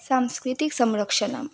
सांस्कृतिकसंरक्षणं